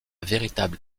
véritable